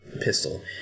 pistol